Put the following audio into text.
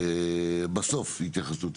בסוף התייחסות.